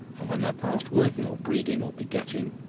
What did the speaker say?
and when they're past working or breeding or begetting,